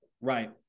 right